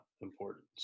important